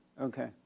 Okay